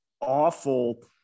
awful